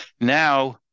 Now